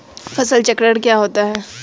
फसल चक्रण क्या होता है?